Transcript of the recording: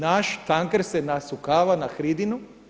Naš tanker se nasukava na hridinu.